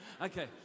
Okay